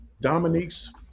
Dominique's